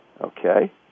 Okay